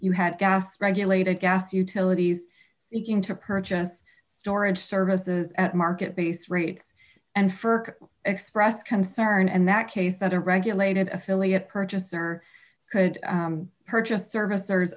you had gas regulated gas utilities seeking to purchase storage services at market based rates and ferk expressed concern and that case that a regulated affiliate purchaser could purchase a service or